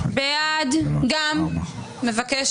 מי נגד?